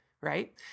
Right